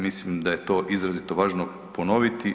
Mislim da je to izrazito važno ponoviti.